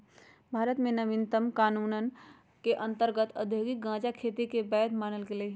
भारत में नवीनतम कृषि कानून के अंतर्गत औद्योगिक गजाके खेती के वैध मानल गेलइ ह